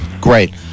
Great